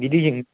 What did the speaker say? बे दैजोंनो